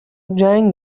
جنگ